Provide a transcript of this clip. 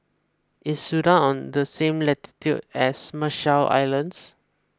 is Sudan on the same latitude as Marshall Islands